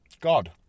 God